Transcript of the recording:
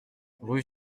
rue